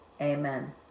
Amen